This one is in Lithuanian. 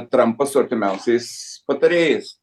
trampas su artimiausiais patarėjais